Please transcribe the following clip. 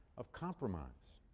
of compromise.